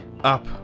up